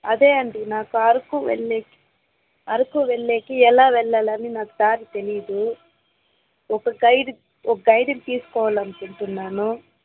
అదే అండి నాకు అరకు వెళ్ళేకి అరకు వెళ్ళేకి ఎలా వెళ్ళాలి అని నాకు దారి తెలియదు ఒక గైడ్ ఒక గైడుని తీసుకోవాలి అనుకుంటున్నాను